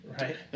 Right